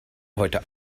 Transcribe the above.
heute